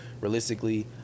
realistically